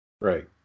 Right